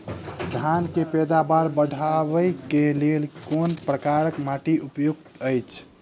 धान केँ पैदावार बढ़बई केँ लेल केँ प्रकार केँ माटि उपयुक्त होइत अछि?